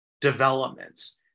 developments